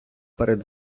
перед